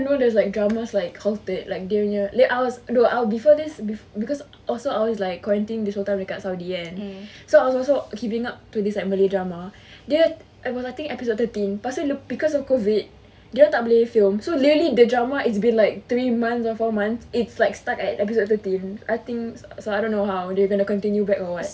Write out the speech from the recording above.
did you even know there's like dramas like halted dia punya then I was ah before this I also like quarantine different time kat saudi kan so I was also keeping up to this malay drama dia I think episode thirteen pasal because of COVID dorang tak boleh film so nearly the drama is been like three months or four months it's like stuck at episode thirteen I think so I don't know how they gonna continue back or what